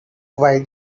why